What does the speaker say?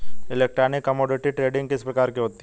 Electronic commodity trading किस प्रकार होती है?